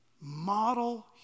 model